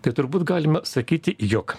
tai turbūt galima sakyti jog